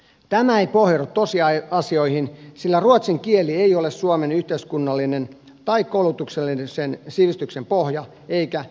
tämä ei pohjaudu tosiasioihin sillä ruotsin kieli ei ole suomen yhteiskunnallisen tai koulutuksellisen sivistyksen pohja eikä peruspilari